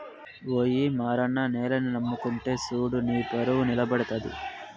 ఓయి మారన్న నేలని నమ్ముకుంటే సూడు నీపరువు నిలబడతది